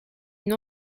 une